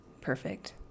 perfect